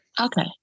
Okay